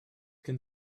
can